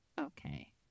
okay